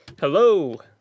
hello